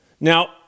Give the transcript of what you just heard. Now